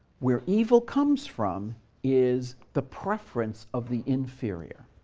where evil comes from is the preference of the inferior